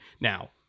Now